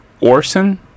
Orson